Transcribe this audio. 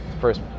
first